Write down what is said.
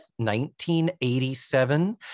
1987